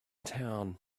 town